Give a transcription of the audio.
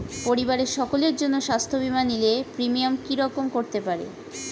পরিবারের সকলের জন্য স্বাস্থ্য বীমা নিলে প্রিমিয়াম কি রকম করতে পারে?